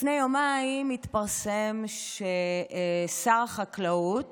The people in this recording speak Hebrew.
לפני יומיים התפרסם ששר החקלאות